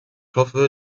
hoffe